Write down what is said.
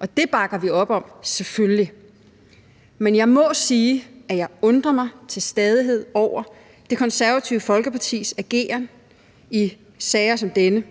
og det bakker vi selvfølgelig op om. Men jeg må sige, at jeg til stadighed undrer mig over Det Konservative Folkepartis ageren i sager som denne.